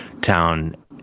town